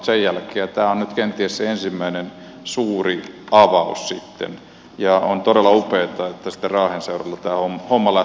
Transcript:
tämä on nyt kenties se ensimmäinen suuri avaus sitten ja on todella upeata että raahen seudulla tämä homma lähtee liikkeelle